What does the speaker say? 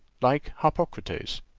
like harpocrates,